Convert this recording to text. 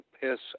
piss